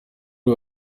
uyu